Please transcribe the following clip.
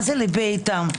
מה זה ליבי איתם?